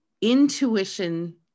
intuition